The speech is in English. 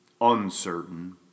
uncertain